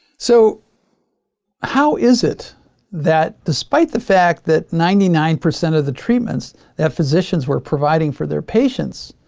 so how is it that despite the fact that ninety nine percent of the treatments that physicians were providing for their patients